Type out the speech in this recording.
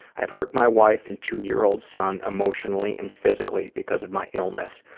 i've hurt my wife and two-year-old son emotionally and physically because of my illness,